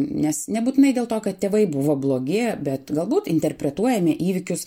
nes nebūtinai dėl to kad tėvai buvo blogi bet galbūt interpretuojame įvykius